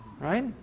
Right